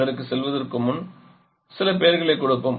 அதற்குச் செல்வதற்கு முன் இதற்கு சில பெயர்களைக் கொடுப்போம்